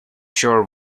sure